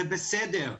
זה בסדר,